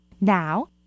Now